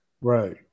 Right